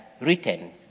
written